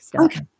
okay